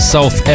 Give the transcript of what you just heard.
South